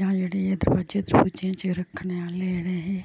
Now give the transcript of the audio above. जां जेह्ड़े एह् दरवाजे दुरवाजे च रक्खने आह्ले जेह्ड़े एह्